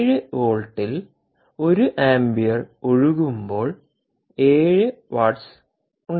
7 വോൾട്ടിൽ ഒരു ആമ്പിയർ ഒഴുകുമ്പോൾ 7 വാട്ടസ് ഉണ്ടാകുന്നു